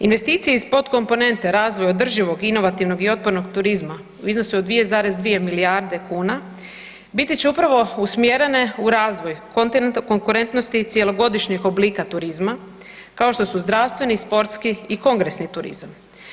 Investicije iz podkomponente održivog, inovativnog i otpornog turizma u iznosu od 2,2 milijarde kuna biti će upravo usmjerene u razvoj konkurentnosti cjelogodišnjeg oblika turizma kao što su zdravstveni, sportski i kongresni turizam.